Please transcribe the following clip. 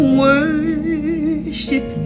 worship